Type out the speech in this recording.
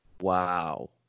Wow